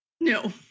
No